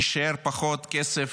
יישאר פחות כסף